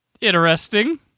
interesting